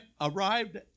arrived